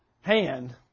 hand